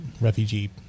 refugee